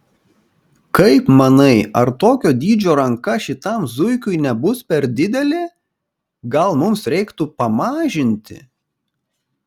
kaip manai ar tokio dydžio ranka šitam zuikiui nebus per didelė gal mums reiktų pamažinti